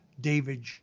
David